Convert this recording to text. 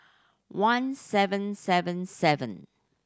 one seven seven seven